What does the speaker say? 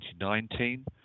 2019